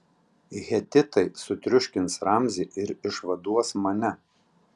hetitai sutriuškins ramzį ir išvaduos mane